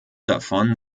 davon